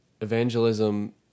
evangelism